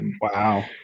Wow